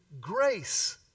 grace